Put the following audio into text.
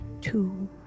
Two